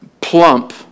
plump